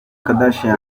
kardashian